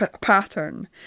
pattern